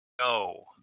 No